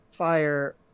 fire